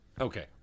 Okay